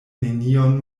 nenion